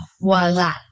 voila